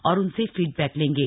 और उनसे फीडबैक लेंगे